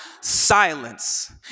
Silence